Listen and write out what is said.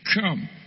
Come